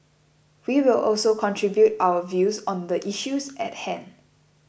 we will also contribute our views on the issues at hand